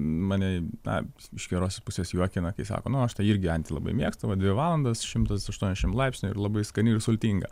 mane na iš gerosios pusės juokina kai sako nu aš tai irgi antį labai mėgstu va dvi valandas šimtas aštuoniasdešimt laipsnių ir labai skani ir sultinga